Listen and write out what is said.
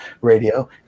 Radio